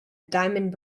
diamond